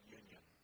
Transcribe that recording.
union